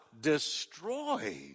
Destroyed